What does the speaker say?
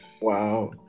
wow